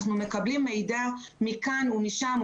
אנחנו מקבלים מידע מכאן ומשם,